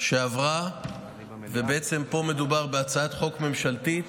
שעברה, ובעצם פה מדובר בהצעת חוק ממשלתית,